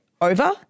over